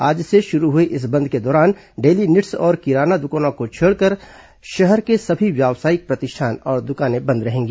आज से शुरू हुए इस बंद के दौरान डेली नीड्स और किराना दुकानों को छोड़कर शहर के सभी व्यावसायिक प्रतिष्ठान और दुकानें बंद रहेंगी